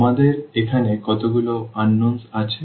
আমাদের এখানে কতগুলো অজানা আছে